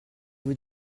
vous